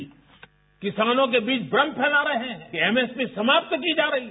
sound bite किसानों के बीच भ्रम फैला रहे हैं कि एमएसपी समाप्त की जा रही है